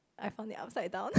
I found it upside down